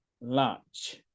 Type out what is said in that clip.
Lunch